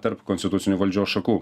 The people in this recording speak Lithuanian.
tarp konstitucinių valdžios šakų